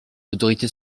l’autorité